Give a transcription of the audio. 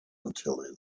until